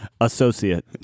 associate